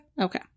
Okay